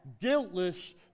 guiltless